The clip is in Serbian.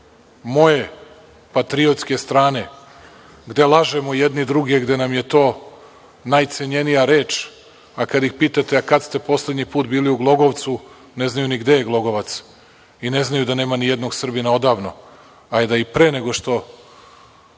moje patriotske strane gde lažemo jedni druge da nam je to najcenjenija reč, a kada ih pitate kada ste poslednji put bili u Glogovcu, ne znaju ni gde je Glogovac i ne znaju da nema ni jednog Srbina odavno. I pre nego što